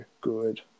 good